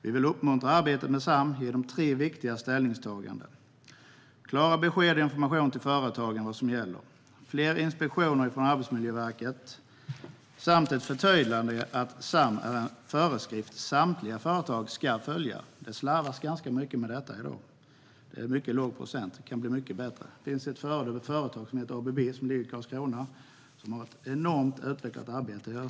Vi vill uppmuntra arbetet med SAM genom tre viktiga ställningstaganden: Klara besked och information till företagen om vad som gäller, fler inspektioner från Arbetsmiljöverket samt ett förtydligande att SAM är en föreskrift som samtliga företagare ska följa. Det slarvas ganska mycket med detta i dag. Det är en mycket låg procent. Det kan bli mycket bättre. Det finns ett företag i Karlskrona som heter ABB och som har ett enormt utvecklat arbete.